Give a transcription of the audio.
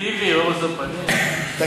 הגזמת, אובייקטיבי, ללא משוא פנים, תגיד,